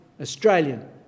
Australian